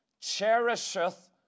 cherisheth